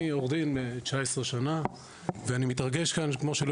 אני עורך דין 19 שנה ואני מתרגש כאן כמו שלא